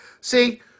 See